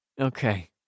Okay